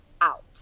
out